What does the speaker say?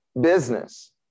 business